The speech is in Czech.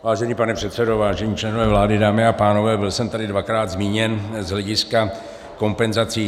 Vážený pane předsedo, vážení členové vlády, dámy a pánové, byl jsem tady dvakrát zmíněn z hlediska kompenzací.